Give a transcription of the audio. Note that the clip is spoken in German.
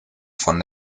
von